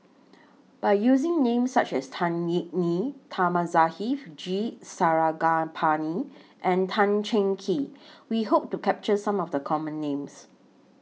By using Names such as Tan Yeok Nee Thamizhavel G Sarangapani and Tan Cheng Kee We Hope to capture Some of The Common Names